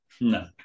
no